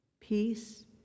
Peace